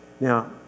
Now